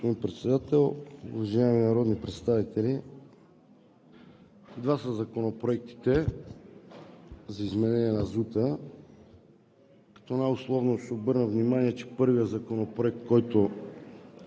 Ви, господин Председател. Уважаеми народни представители, два са законопроектите за изменение на ЗУТ-а, като най-условно ще обърна внимание, че първият законопроект, който